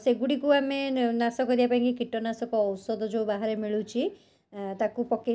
ଆଉ ଆମ ଘରେ ଯେଉଁ ପ୍ରେସର୍ କୁକର୍ ଅଛି ସେଇଟାରେ ମଧ୍ୟ ରସର ସେଥିରେ ମଧ୍ୟ ଆମେ ଡାଲି ବସାଇଥାଉ